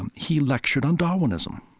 and he lectured on darwinism,